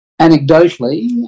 Anecdotally